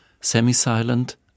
Semi-Silent